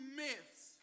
myths